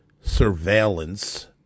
surveillance